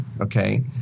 Okay